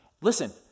Listen